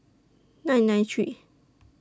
nine nine three